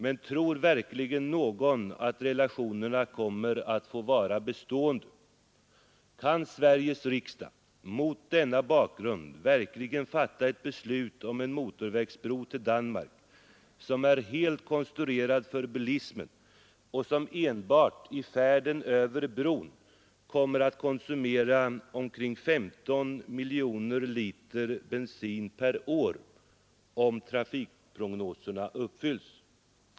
Men tror verkligen någon att relationerna kommer att få vara bestående? Kan Sveriges riksdag mot denna bakgrund verkligen fatta ett beslut om en motorvägsbro till Danmark som är helt konstruerad för bilismen och där man enbart vid färden över bron kommer att konsumera många miljoner liter bensin per år, om trafikprognoserna uppfylls?